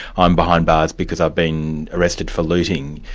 i'm behind bars because been arrested for looting.